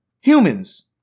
Humans